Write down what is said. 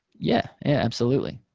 yeah. yeah. absolutely.